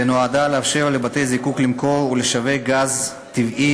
ונועדה לאפשר לבתי-זיקוק למכור ולשווק גז טבעי,